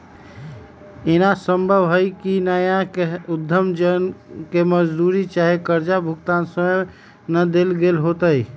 एना संभव हइ कि नयका उद्यम जन के मजदूरी चाहे कर्जा भुगतान समय न देल गेल होतइ